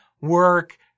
work